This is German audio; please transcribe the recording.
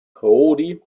prodi